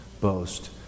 boast